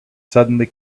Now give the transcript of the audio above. suddenly